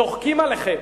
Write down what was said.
צוחקים עליכם.